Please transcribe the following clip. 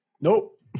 Nope